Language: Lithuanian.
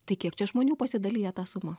tai kiek čia žmonių pasidalija tą sumą